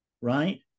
right